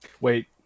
wait